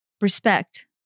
respect